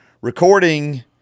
recording